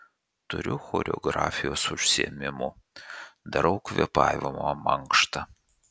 turiu choreografijos užsiėmimų darau kvėpavimo mankštą